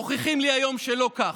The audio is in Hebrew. מוכיחים לי היום שלא כך,